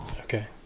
Okay